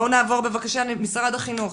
נעבור בבקשה למשרד החינוך.